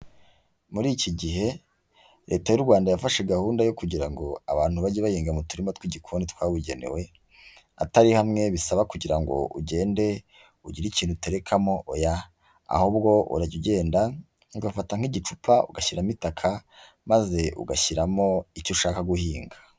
Muri iki gihe, leta y'u Rwanda yafashe gahunda yo kugira ngo, abantu bajye bahinga mu turima tw'igikoni twabugenewe, atari hamwe bisaba kugira ngo, ugende ugire ikintu uterekamo oya. Ahubwo urajya ugenda, ugafata nk'igipupa ugashyiramo itaka, maze ugashyiramo icyo ushaka guhinga.